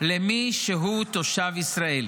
למי שהוא תושב ישראל.